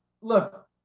look